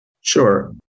Sure